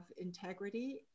integrity